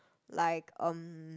like um